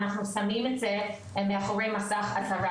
אנחנו שמים את זה מאחורי מסך אזהרה,